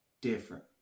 different